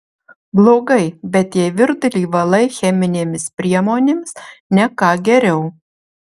blogai bet jei virdulį valai cheminėmis priemonėmis ne ką geriau